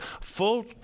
full